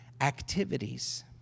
activities